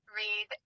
read